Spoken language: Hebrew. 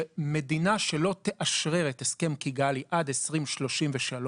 שמדינה שלא תאשרר את הסכם קיגאלי עד 2033,